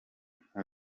nk’uko